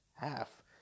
half